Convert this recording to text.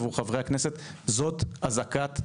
חברי כנסת,